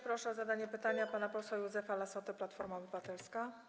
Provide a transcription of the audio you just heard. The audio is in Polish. Proszę o zadanie pytania pana posła Józefa Lassotę, Platforma Obywatelska.